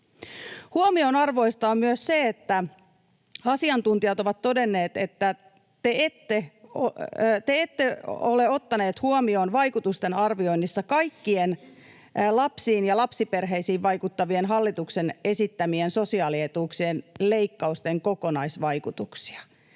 Huomionarvoista on myös se, että asiantuntijat ovat todenneet, että te ole ottaneet huomioon vaikutusten arvioinnissa kaikkien lapsiin ja lapsiperheisiin vaikuttavien hallituksen esittämien sosiaalietuuksien leikkausten kokonaisvaikutuksia.